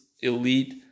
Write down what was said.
elite